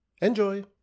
Enjoy